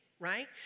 Right